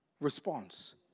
response